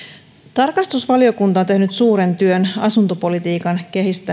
tarkastusvaliokunta on tehnyt suuren työn asuntopolitiikan